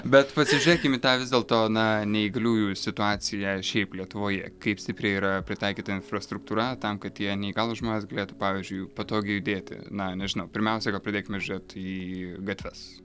bet pasižiūrėkim į tą vis dėlto na neįgaliųjų situaciją šiaip lietuvoje kaip stipriai yra pritaikyta infrastruktūra tam kad tie neįgalūs žmonės galėtų pavyzdžiui patogiai judėti na nežinau pirmiausia pradėkime žiūrėt į gatves